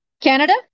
Canada